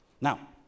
now